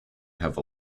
have